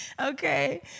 Okay